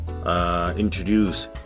Introduce